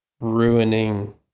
ruining